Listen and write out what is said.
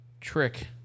trick